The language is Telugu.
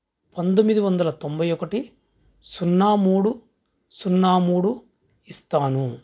పంతొమ్మిది వందల తొంభై ఒకటి సున్నా మూడు సున్నా మూడు ఇస్తాను